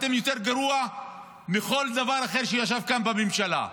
אתם יותר גרועים מכל דבר אחר שישב כאן בממשלה.